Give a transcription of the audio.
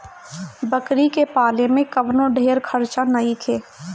बकरी के पाले में कवनो ढेर खर्चा नईखे